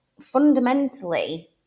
fundamentally